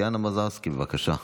חברת הכנסת טטיאנה מזרסקי, בבקשה.